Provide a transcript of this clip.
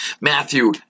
Matthew